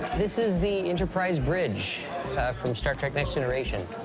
this is the enterprise bridge from star trek next generation.